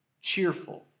cheerful